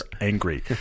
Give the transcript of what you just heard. angry